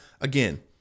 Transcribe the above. again